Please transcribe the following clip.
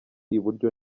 iburyo